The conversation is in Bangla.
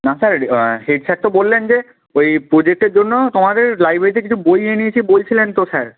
না স্যার হেড স্যার তো বললেন যে ওই প্রোজেক্টের জন্য তোমাদের লাইব্রেরিতে কিছু বই এনেছি বলছিলেন তো স্যার